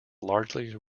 largely